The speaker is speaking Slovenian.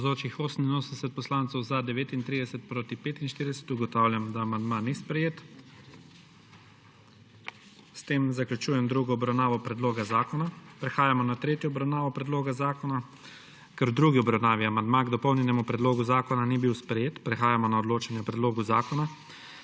(Za je glasovalo 39.) (Proti 45.) Ugotavljam, da amandma ni sprejet. S tem zaključujem drugo obravnavo predloga zakona. Prehajamo na tretjo obravnavo predloga zakona. Ker v drugi obravnavi amandma k dopolnjenemu predlogu zakona ni bil sprejet, prehajamo na odločanje o predlogu zakona.